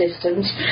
systems